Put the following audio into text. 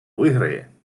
виграє